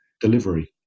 delivery